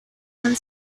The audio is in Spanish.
han